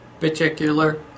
particular